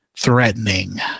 threatening